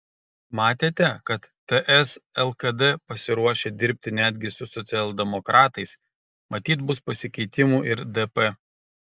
matėte kad ts lkd pasiruošę dirbti netgi su socialdemokratais matyt bus pasikeitimų ir dp